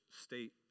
state